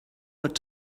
that